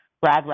Brad